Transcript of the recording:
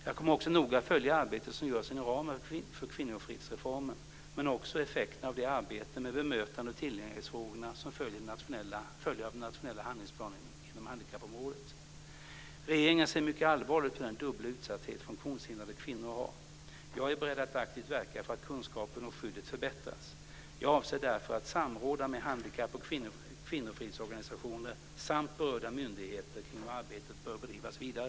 Jag kommer också noga följa arbetet som görs inom ramen för kvinnofridsreformen men också effekterna av det arbete med bemötande och tillgänglighetsfrågorna som följer av den nationella handlingsplanen inom handikappområdet. Regeringen ser mycket allvarligt på den dubbla utsatthet som funktionshindrade kvinnor har. Jag är beredd att aktivt verka för att kunskapen och skyddet förbättras. Jag avser därför att samråda med handikapp och kvinnofridsorganisationer samt berörda myndigheter kring hur arbetet bör drivas vidare.